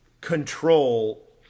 control